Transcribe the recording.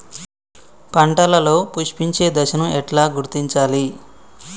పంటలలో పుష్పించే దశను ఎట్లా గుర్తించాలి?